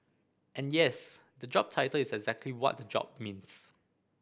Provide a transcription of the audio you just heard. and yes the job title is exactly what the job means